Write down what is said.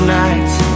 nights